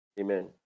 Amen